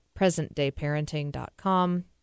presentdayparenting.com